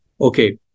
Okay